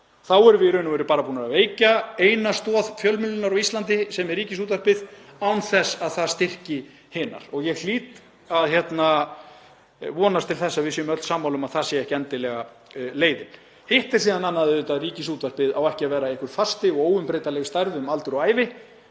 Þá erum við í raun og veru búin að veikja eina stoð fjölmiðlanna á Íslandi sem Ríkisútvarpið er án þess að það styrki hinar. Ég hlýt að vonast til þess að við séum öll sammála um að það sé ekki endilega leiðin. Hitt er síðan annað að Ríkisútvarpið á ekki að vera einhver fasti og óumbreytanleg stærð um aldur og ævi.